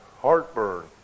heartburn